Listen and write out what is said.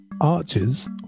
Arches